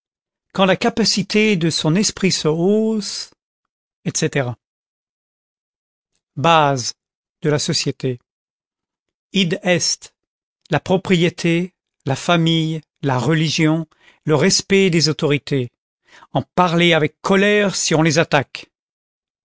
quand la capacité de son esprit se hausse etc bases de la société id est la propriété la famille la religion le respect des autorités en parler avec colère si on les attaque